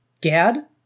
Gad